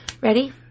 Ready